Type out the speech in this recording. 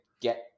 get